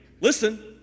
listen